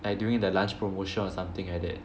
like during the lunch promotion or something like that